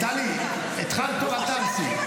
טלי, התחלת טוב, אל תהרסי.